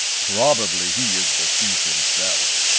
probably he is the thief himself.